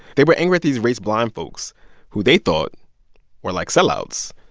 they were angry at these race-blind folks who they thought were, like, sellouts.